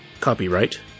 Copyright